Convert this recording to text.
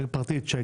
פרטית שאגב,